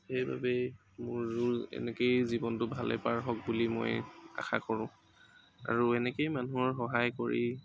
সেইবাবেই মোৰো এনেকেই জীৱনটো ভালে পাৰ হওক বুলি মই আশা কৰোঁ আৰু এনেকেই মানুহৰ সহায় কৰি